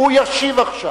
והוא ישיב עכשיו.